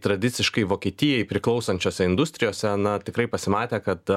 tradiciškai vokietijai priklausančiose industrijose na tikrai pasimatė kad